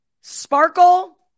Sparkle